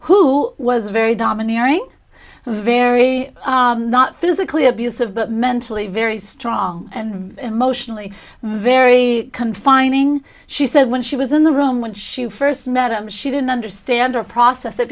who was very domineering very not physically abusive but mentally very strong and emotionally very confining she said when she was in the room when she first met him she didn't understand or process it